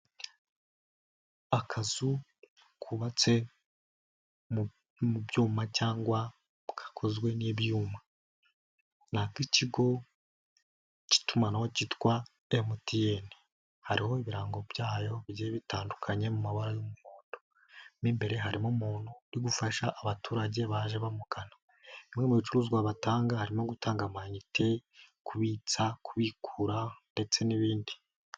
akazu kubatse mu byuma cyangwa kakozwe n'ibyuma, ni aki ikigo cy'itumanaho cyitwa MTN hariho ibirango byayo bigiye bitandukanye mu mabara y'umuhondo ni imbere harimo umuntu uri gufasha abaturage baje bamukan bimwe mu bicuruzwa batanga harimo gutanga amanite, kubitsa, kubikura, ndetse n'ibindi.